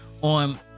on